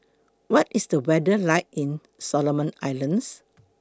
What IS The weather like in Solomon Islands